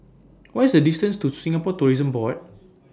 What IS The distance to Singapore Tourism Board